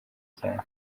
cyane